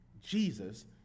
Jesus